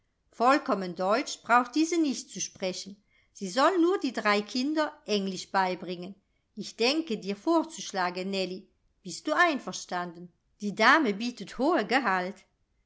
vollkommen deutsch braucht diese nicht zu sprechen sie soll nur die drei kinder englisch beibringen ich denke dir vorzuschlagen nellie bist du einverstanden die dame bietet hohe gehalt